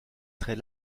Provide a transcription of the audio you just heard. très